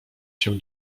się